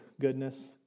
goodness